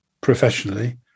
professionally